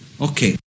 Okay